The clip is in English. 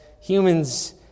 humans